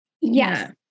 Yes